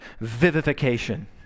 vivification